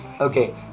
Okay